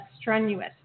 strenuous